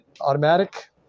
automatic